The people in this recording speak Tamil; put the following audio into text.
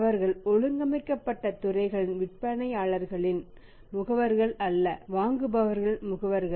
அவர்கள் ஒழுங்கமைக்கப்பட்ட துறைகளில் விற்பனையாளர்களின் முகவர்கள் அல்ல வாங்குபவர்களின் முகவர்கள்